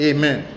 Amen